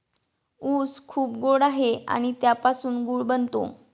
ऊस खूप गोड आहे आणि त्यापासून गूळ बनतो